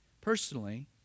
Personally